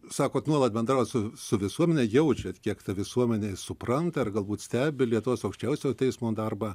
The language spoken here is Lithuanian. sakot nuolat bendraujat su su visuomene jaučiat kiek ta visuomenė supranta ir galbūt stebi lietuvos aukščiausiojo teismo darbą